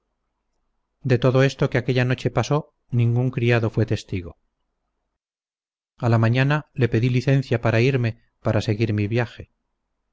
de todo esto que aquella noche pasó ningun criado fue testigo a la mañana le pedí licencia para irme para seguir mi viaje